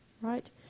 Right